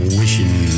wishing